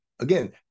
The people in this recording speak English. Again